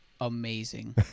amazing